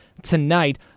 tonight